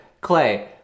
Clay